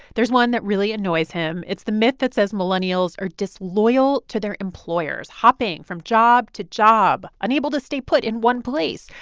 there's one that really annoys him. it's the myth that says millennials are disloyal to their employers, hopping from job to job, unable to stay put in one place.